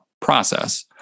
process